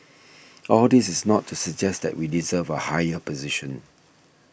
all this is not to suggest that we deserve a higher position